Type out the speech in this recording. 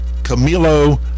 Camilo